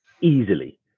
easily